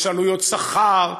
יש עלויות שכר,